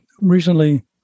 recently